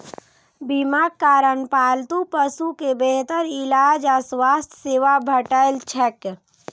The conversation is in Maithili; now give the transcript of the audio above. बीमाक कारण पालतू पशु कें बेहतर इलाज आ स्वास्थ्य सेवा भेटैत छैक